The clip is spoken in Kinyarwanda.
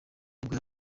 nibwo